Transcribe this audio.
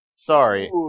Sorry